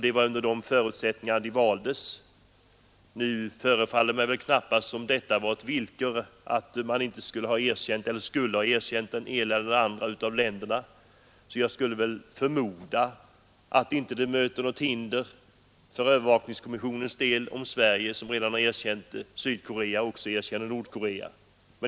Det var under dessa förutsättningar de valdes. Nu förefaller det mig knappast som om det var ett villkor att man skulle ha erkänt det ena eller det andra av länderna. Jag skulle väl förmoda att det inte möter något hinder för övervakningskommissionens del om Sverige, som redan erkänt Sydkorea, också erkänner Nordkorea.